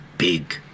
Big